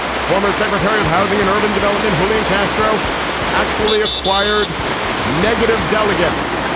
former secretary of housing and urban development julian castro actually acquired negative delegates.